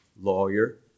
lawyer